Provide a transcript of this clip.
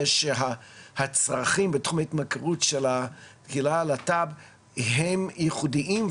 שהצרכים בתחום ההתמכרות של קהילת הלהט"ב הם ייחודיים,